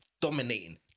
dominating